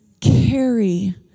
carry